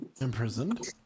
imprisoned